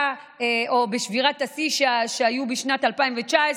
או בשבירת השיא שהיה בשנת 2019,